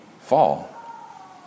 fall